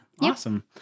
awesome